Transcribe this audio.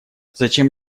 зачем